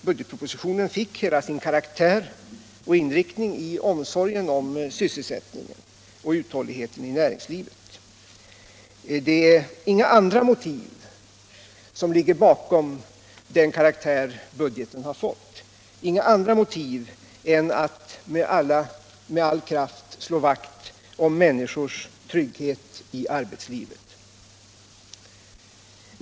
Budgetpropositionen fick hela sin karaktär och inriktning av omsorgen om sysselsättningen och uthålligheten i näringslivet. Inga andra motiv ligger bakom den karaktär budgeten har fått, inga andra motiv än att med all kraft slå vakt om människors trygghet i arbetslivet.